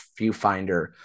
viewfinder